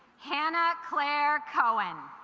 hanna claire cohen